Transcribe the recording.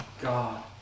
God